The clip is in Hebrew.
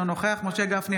אינו נוכח משה גפני,